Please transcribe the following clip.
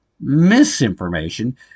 misinformation